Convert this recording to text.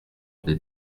des